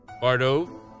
Bardo